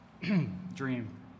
dream